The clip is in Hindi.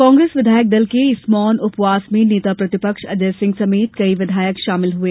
कांग्रेस विधायक दल के इस मौन उपवास में नेता प्रतिपक्ष अजय सिंह समेत कई विधायक शामिल हुए